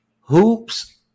hoops